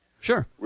Sure